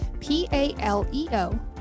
P-A-L-E-O